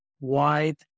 wide